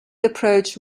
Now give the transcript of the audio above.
approach